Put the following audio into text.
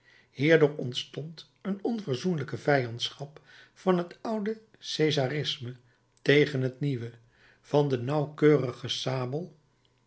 hierdoor ontstond een onverzoenlijke vijandschap van het oude cesarisme tegen het nieuwe van de nauwkeurige sabel